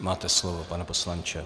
Máte slovo, pane poslanče.